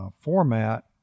format